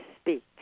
Speak